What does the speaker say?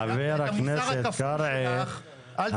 את המוסר הכפול שלך אל תטיפי לנו.